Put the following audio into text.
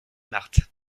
marthe